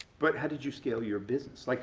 but how did you scale your business. like